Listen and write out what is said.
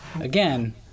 again